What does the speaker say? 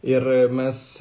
ir mes